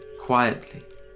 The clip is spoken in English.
quietly